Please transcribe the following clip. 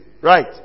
Right